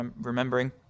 remembering